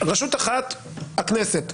רשות אחת הכנסת,